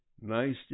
nice